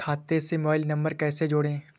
खाते से mobile number कैसे जोड़ें?